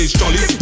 jolly